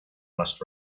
must